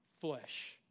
flesh